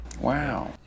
Wow